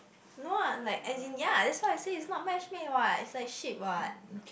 no ah like as in ya that's why I say is not matchmake what is like sheep what